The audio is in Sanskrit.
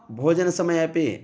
भोजनसमये अपि